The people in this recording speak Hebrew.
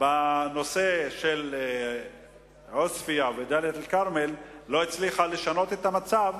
בנושא של עוספיא ודאלית אל-כרמל ולשנות את המצב,